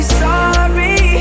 sorry